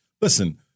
Listen